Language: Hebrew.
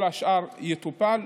כל השאר יטופל,